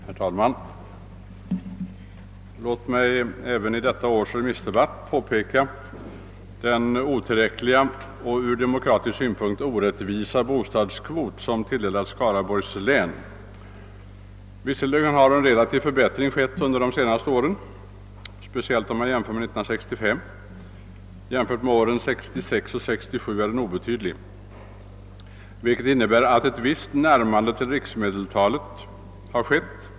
Herr talman! Låt mig även i detta års remissdebatt påpeka den otillräckliga och ur demokratisk synpunkt orättvisa bostadskvot som tilldelats Skaraborgs län. Visserligen har en relativ förbättring skett under de senaste åren, speciellt om man jämför med 1965, men jämfört med åren 1966 och 1967 är förbättringen obetydlig. Förbättringen innebär att ett visst närmande till riksmedeltalet har skett.